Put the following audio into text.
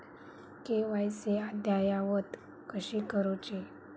KYC अद्ययावत कशी करुची?